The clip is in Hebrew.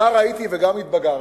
נער הייתי וגם בגרתי,